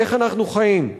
על איך אנחנו חיים,